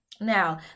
Now